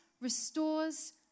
restores